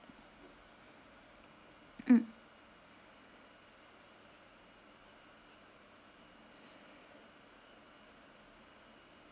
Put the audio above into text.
mm